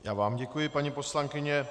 Já vám děkuji, paní poslankyně.